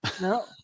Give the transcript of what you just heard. No